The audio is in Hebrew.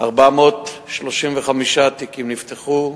435 תיקים נפתחו,